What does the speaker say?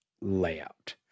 Layout